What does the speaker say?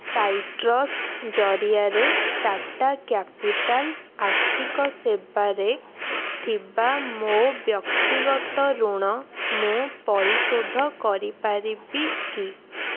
citrus ଜରିଆରେ Tata Capital ଆର୍ଥିକ ସେବାରେ ଥିବା ମୋ ବ୍ୟକ୍ତିଗତ ଋଣ ମୁଁ ପରିଶୋଧ କରିପାରିବି କି